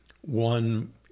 One